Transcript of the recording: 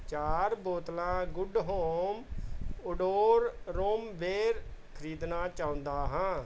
ਚਾਰ ਬੋਤਲਾਂ good home odour remover ਖ਼ਰੀਦਣਾ ਚਾਹੁੰਦਾ ਹਾਂ